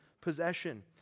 possession